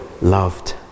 loved